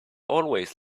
always